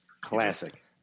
Classic